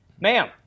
ma'am